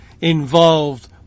involved